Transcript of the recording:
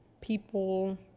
people